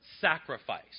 sacrifice